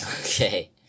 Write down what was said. Okay